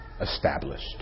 established